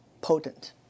potent